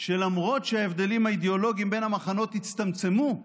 שלמרות שההבדלים האידיאולוגיים בין המחנות הצטמצמו,